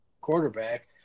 quarterback